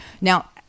Now